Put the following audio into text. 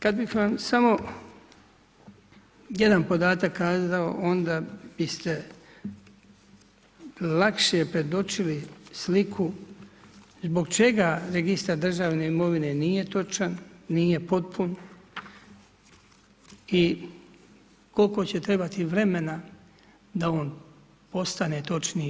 Kad bih vam samo jedan podatak kazao, onda biste lakše predočili sliku zbog čega registar državne imovine nije točan, nije potpun i koliko će trebati vremena da on postane točniji.